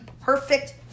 perfect